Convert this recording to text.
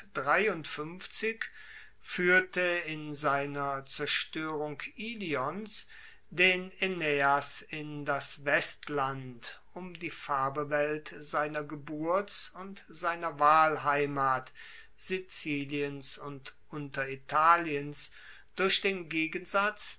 fuehrte in seiner zerstoerung ilions den aeneas in das westland um die fabelwelt seiner geburts und seiner wahlheimat siziliens und unteritaliens durch den gegensatz